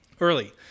Early